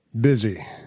Busy